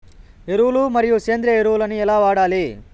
ఎరువులు మరియు సేంద్రియ ఎరువులని ఎలా వాడాలి?